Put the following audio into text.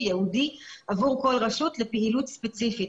ייעודי עבור כל רשות לפעילות ספציפית,